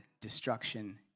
destruction